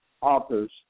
authors